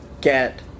get